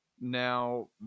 Now